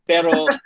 Pero